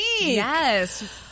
Yes